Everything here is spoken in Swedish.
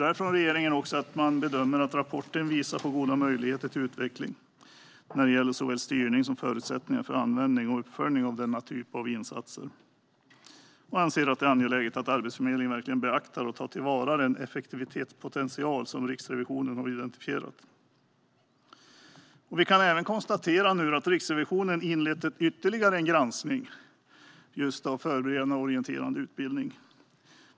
Regeringen bedömer vidare att rapporten visar på goda möjligheter till utveckling när det gäller såväl styrning som förutsättningar för användning och uppföljning av denna typ av insatser. Man anser att det är angeläget att Arbetsförmedlingen verkligen beaktar och tar till vara den effektivitetspotential som Riksrevisionen har identifierat. Vi kan även konstatera att Riksrevisionen har inlett ytterligare en granskning just av förberedande och orienterande utbildning.